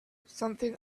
something